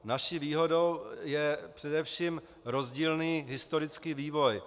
Naší výhodou je především rozdílný historický vývoj.